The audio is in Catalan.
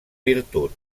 virtut